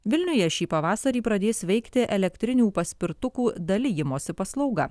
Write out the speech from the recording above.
vilniuje šį pavasarį pradės veikti elektrinių paspirtukų dalijimosi paslauga